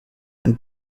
and